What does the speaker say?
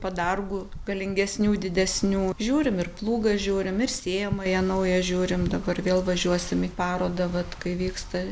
padargų galingesnių didesnių žiūrim ir plūgą žiūrim ir sėjamąją naują žiūrim dabar vėl važiuosim į parodą vat kai vyksta